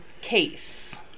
case